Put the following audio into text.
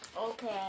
Okay